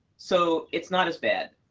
so it's not as bad.